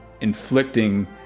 inflicting